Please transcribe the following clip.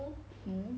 okay